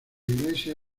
iglesia